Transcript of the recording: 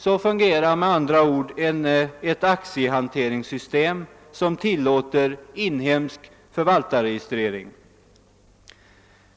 Så fungerar med andra ord ett aktiehanteringssystem, som tillåter inhemsk förvaltarregistrering.